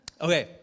Okay